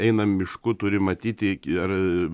einam mišku turi matyti ir